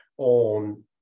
on